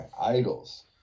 idols